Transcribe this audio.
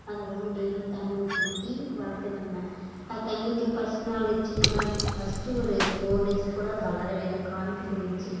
அது அப்புறமா டெய்லியும் தண்ணி ஊற்றி ஊற்றி வளத்துட்டுருந்தேன் அதை தண்ணி ஊற்றி ஃபர்ஸ்ட் நாள் வெச்சு சின்னதாக ஃபர்ஸ்ட்டு ஒரு ஃபோர் டேஸ் போல் வளரவே இல்லை காய்ஞ்சு போயிடுச்சி